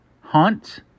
Hunt